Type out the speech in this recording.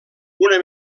una